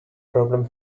problem